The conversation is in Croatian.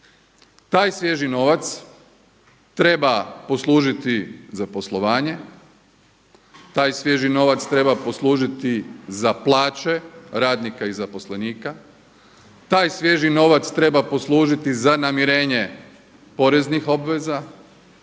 Taj svježi novac treba poslužiti za poslovanje, taj svježi novac treba poslužiti za plaće radnika i zaposlenika, taj svježi novac treba poslužiti za namirenje poreznih obveza